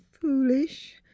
foolish